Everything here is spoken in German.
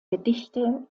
gedichte